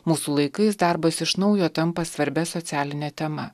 mūsų laikais darbas iš naujo tampa svarbia socialine tema